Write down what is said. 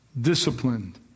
disciplined